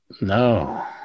No